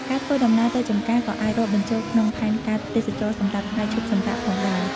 ការធ្វើដំណើរទៅចម្ការក៏អាចរាប់បញ្ចូលក្នុងផែនការទេសចរណ៍សម្រាប់ថ្ងៃឈប់សម្រាកផងដែរ។